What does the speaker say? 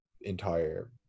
entire